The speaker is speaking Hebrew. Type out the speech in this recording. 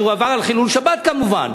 והוא חילל שבת כמובן,